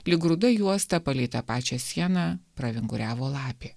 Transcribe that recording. lyg ruda juosta palei tą pačią sieną pravinguriavo lapė